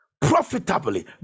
profitably